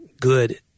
good